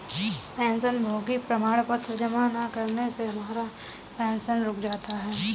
पेंशनभोगी प्रमाण पत्र जमा न करने से हमारा पेंशन रुक जाता है